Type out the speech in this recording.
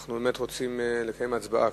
אנחנו באמת רוצים לקיים הצבעה,